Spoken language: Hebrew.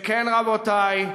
רבותי,